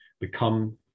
become